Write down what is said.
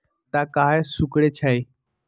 पत्ता काहे सिकुड़े छई?